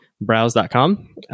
browse.com